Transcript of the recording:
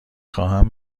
خواهم